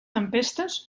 tempestes